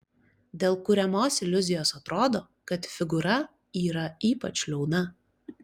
dėl kuriamos iliuzijos atrodo kad figūra yra ypač liauna